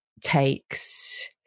takes